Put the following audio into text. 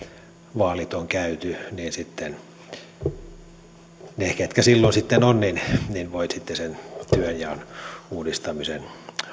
vaalit on käyty niin ne ketkä silloin sitten ovat voivat sitten sen työnjaon uudistamisen